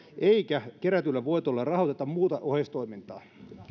eikä kerätyillä voitoilla rahoiteta muuta oheistoimintaa